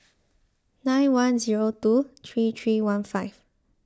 nine one zero two three three one five